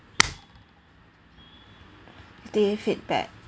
negative feedback